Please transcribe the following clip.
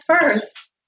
first